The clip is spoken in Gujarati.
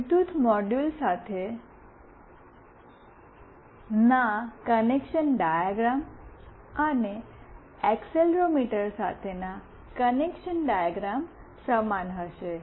બ્લૂટૂથ મોડ્યુલ સાથેના કનેક્શન ડાયગ્રૅમ અને એક્સીલરોમીટર સાથેના કનેક્શન ડાયગ્રૅમ સમાન હશે